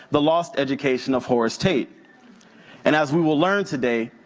the lost education of horace tate and as we will learn today,